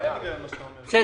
כל